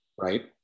Right